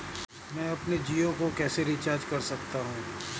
मैं अपने जियो को कैसे रिचार्ज कर सकता हूँ?